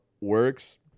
works